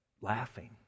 laughing